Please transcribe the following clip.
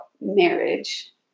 marriage